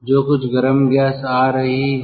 तो कुछ गर्म गैस आ रही है